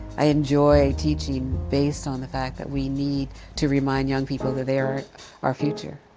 i enjoy teaching based on the fact that we need to remind young people that they're our future.